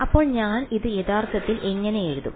അപ്പോൾ ഞാൻ ഇത് യഥാർത്ഥത്തിൽ എങ്ങനെ എഴുതും